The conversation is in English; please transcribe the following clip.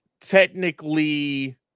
technically